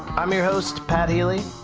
i'm your host, pat healy.